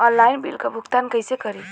Online bill क भुगतान कईसे करी?